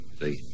see